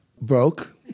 Broke